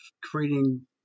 creating